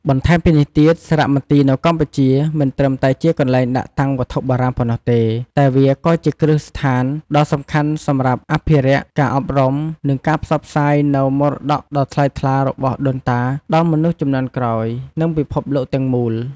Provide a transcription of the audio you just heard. បន្ថែមពីនេះទៀត សារមន្ទីរនៅកម្ពុជា មិនត្រឹមតែជាកន្លែងដាក់តាំងវត្ថុបុរាណប៉ុណ្ណោះទេ តែវាក៏ជាគ្រឹះស្ថានដ៏សំខាន់សម្រាប់អភិរក្ស ការអប់រំ និងការផ្សព្វផ្សាយនូវមរតកដ៏ថ្លៃថ្លារបស់ដូនតាដល់មនុស្សជំនាន់ក្រោយ និងពិភពលោកទាំងមូល។